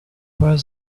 was